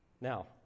Now